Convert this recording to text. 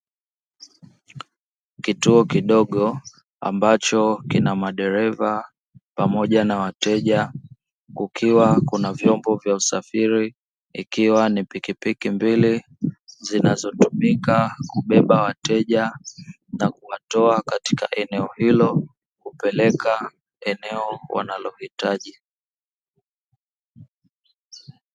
Kituo Kidogo ambacho kina madereva pamoja na wateja kukiwa kuna vyombo vya usafiri ikiwa ni pikipiki mbili, zinazotumika kubeba wateja na kuwatoa katika eneo hilo, kupeleka eneo wanalohitaji.